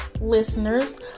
listeners